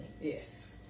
Yes